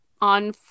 on